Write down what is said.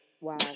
Wow